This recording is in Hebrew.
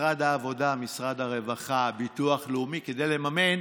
משרד העבודה, משרד הרווחה, ביטוח לאומי, כדי לממן